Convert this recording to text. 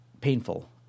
painful